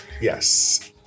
Yes